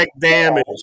damage